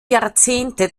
jahrzehnte